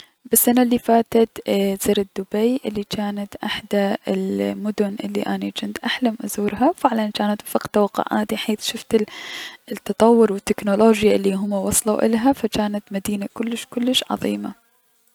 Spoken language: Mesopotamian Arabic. يالسنة الي فاتت زرت دبي الي جانت احدى المدن الي جنت احلم ازورها و فعلا جانت وفق توقعاتي حيث شفت التطور و التكنولوجيا الي هم وصلو الها فجانت مدينة كلش كلش عظيمة.